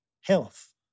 health